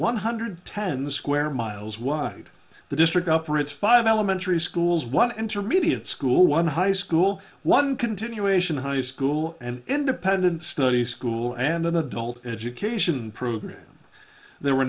one hundred ten square miles wide the district upper it's five elementary schools one intermediate school one high school one continuation high school and independent study school and an adult education program there were